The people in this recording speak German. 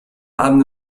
abend